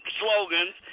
slogans